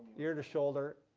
ear to shoulder,